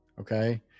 Okay